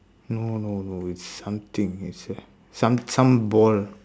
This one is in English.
no no no it's something it's a some some ball